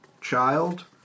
child